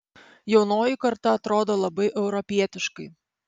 jaunoji karta atrodo labai europietiškai